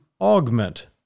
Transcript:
augment